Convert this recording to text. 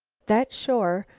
that shore,